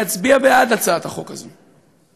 להצביע בעד הצעת החוק הזאת.